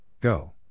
Go